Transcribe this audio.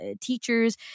teachers